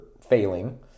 failing